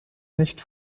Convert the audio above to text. nicht